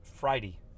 Friday